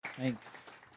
Thanks